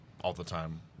all-the-time